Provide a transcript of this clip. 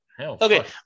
okay